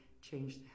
change